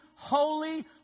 Holy